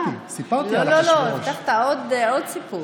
הבטחת עוד סיפור.